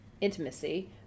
intimacy